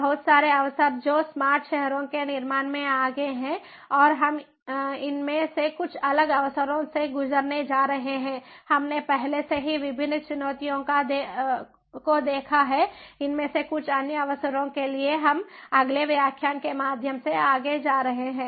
बहुत सारे अवसर जो स्मार्ट शहरों के निर्माण में आगे हैं और हम इनमें से कुछ अलग अवसरों से गुजरने जा रहे हैं हमने पहले से ही विभिन्न चुनौतियों को देखा है इनमें से कुछ अन्य अवसरों के लिए हम अगले व्याख्यान के माध्यम से आगे जा रहे हैं